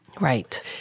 Right